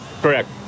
Correct